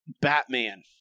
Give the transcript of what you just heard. Batman